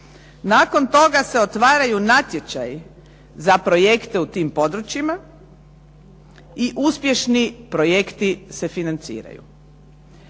Nakon toga se otvaraju natječaji za projekte u tim područjima, i uspješni projekti se financiraju.